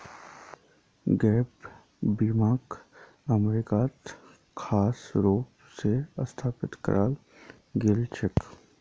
gap बीमाक अमरीकात खास रूप स स्थापित कराल गेल छेक